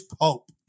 pope